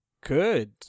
Good